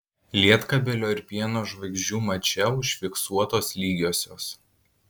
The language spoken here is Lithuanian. lietkabelio ir pieno žvaigždžių mače užfiksuotos lygiosios